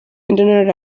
internet